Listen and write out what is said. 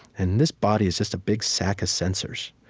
and this body is just a big sack of sensors.